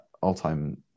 all-time